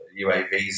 UAVs